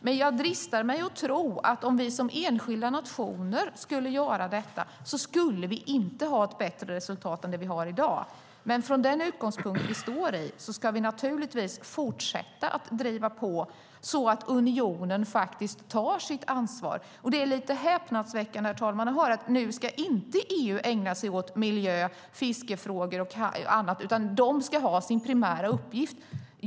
Men jag dristar mig att tro att om vi som enskilda nationer skulle göra detta skulle vi inte ha ett bättre resultat än vi har i dag. Från den utgångspunkt vi står i ska vi naturligtvis fortsätta att driva på så att unionen faktiskt tar sitt ansvar. Det är lite häpnadsväckande, herr talman, att höra att nu ska inte EU ägna sig åt miljö, fiskefrågor och annat, utan man ska ha sin primära uppgift.